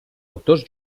autors